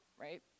right